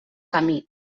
camí